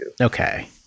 Okay